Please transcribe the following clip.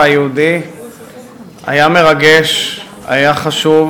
בירושלים, של חברי הכנסת יצחק הרצוג